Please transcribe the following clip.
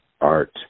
art